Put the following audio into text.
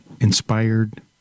inspired